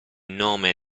nome